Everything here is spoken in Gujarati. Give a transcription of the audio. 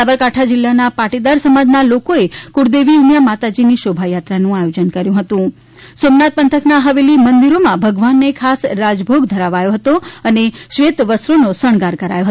સાબરકાંઠા જિલ્લાના પાટીદાર સમાજના લોકોએ કુળદેવી ઉમિયા માતાજીની શોભાયાત્રાનું આયોજન કર્યું હતું સોમનાથ પંથકના હવેલી મંદિરોમાં ભગવાનને ખાસ રાજભોગ ધરાવાયો અને શ્વેત વસ્ત્રોનો શણગાર કરવામાં આવ્યો